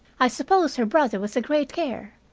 i suppose her brother was a great care,